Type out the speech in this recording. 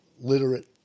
literate